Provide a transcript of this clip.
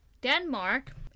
Denmark